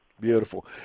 Beautiful